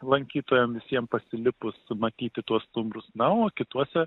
lankytojam visiem pasilipus matyti tuos stumbrus na o kituose